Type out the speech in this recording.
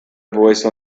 voice